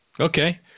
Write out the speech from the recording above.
Okay